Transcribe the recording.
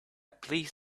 please